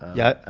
yeah.